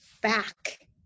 back